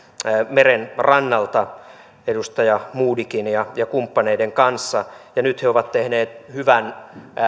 merenrannalta edustaja modigin ja kumppaneiden kanssa nyt he ovat tehneet hyvän